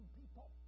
people